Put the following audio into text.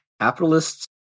capitalists